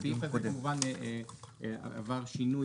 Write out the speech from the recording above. הצבעה סעיף 85(39) אושר מי בעד סעיף 40?